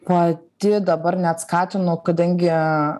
pati dabar net skatinu kadangi